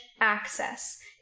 access